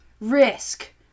Risk